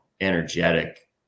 energetic